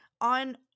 on